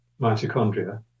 mitochondria